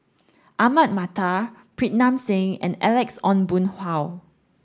Ahmad Mattar Pritam Singh and Alex Ong Boon Hau